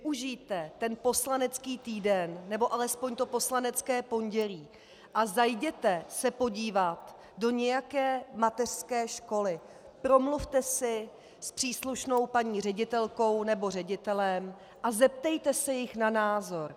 Využijte ten poslanecký týden, nebo alespoň to poslanecké pondělí a zajděte se podívat do nějaké mateřské školy, promluvte si s příslušnou paní ředitelkou nebo ředitelem a zeptejte se jich na názor.